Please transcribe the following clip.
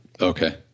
Okay